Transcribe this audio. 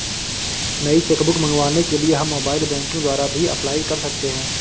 नई cheque book मंगवाने के लिए हम मोबाइल बैंकिंग द्वारा भी अप्लाई कर सकते है